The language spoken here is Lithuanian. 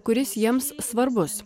kuris jiems svarbus